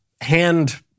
hand